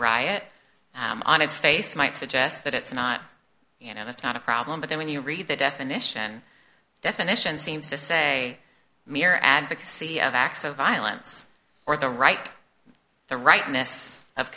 riot on its face might suggest that it's not you know that's not a problem but then when you read the definition definition seems to say mere advocacy of acts of violence or the right the rightness of